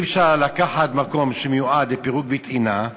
אי-אפשר לקחת מקום שמיועד לפריקה וטעינה.